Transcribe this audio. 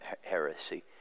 heresy